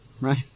right